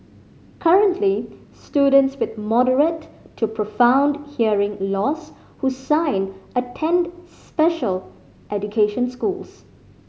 currently students with moderate to profound hearing loss who sign attend special education schools